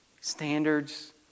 standards